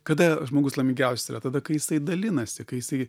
kada žmogus laimingiausias yra tada kai jisai dalinasi kai jisai